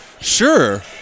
sure